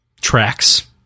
tracks